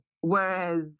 Whereas